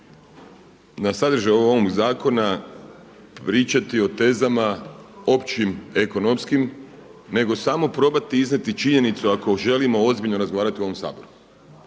na sadržaj ovog zakona pričati o tezama općim ekonomskim, nego samo probati iznijeti činjenicu ako želimo ozbiljno razgovarati u ovom Saboru.